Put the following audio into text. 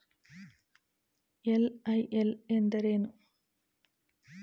LIL ಎಂದರೇನು?